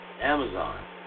Amazon